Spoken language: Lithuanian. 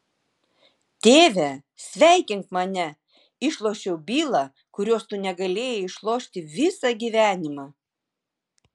tėve sveikink mane išlošiau bylą kurios tu negalėjai išlošti visą gyvenimą